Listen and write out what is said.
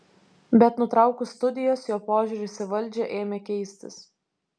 bet nutraukus studijas jo požiūris į valdžią ėmė keistis